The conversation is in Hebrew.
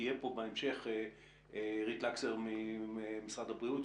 ותהיה פה בהמשך אירית לקסר ממשרד הבריאות,